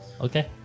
okay